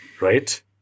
right